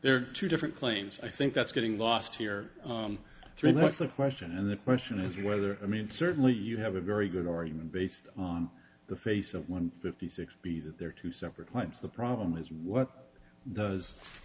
are two different planes i think that's getting lost here three what's the question and the question is whether i mean certainly you have a very good argument based on the face of one fifty six b that there are two separate flights the problem is what does